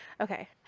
Okay